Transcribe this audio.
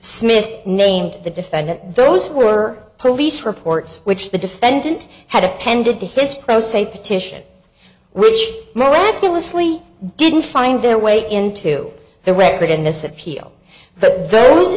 smith named the defendant those were police reports which the defendant had appended to his pro se petition which miraculously didn't find their way into the record in this appeal but